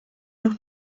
noch